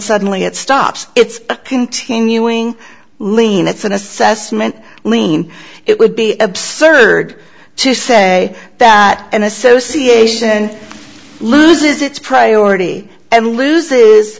suddenly it stops it's a continuing lien it's an assessment lien it would be absurd to say that an association loses its priority and loose